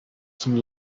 some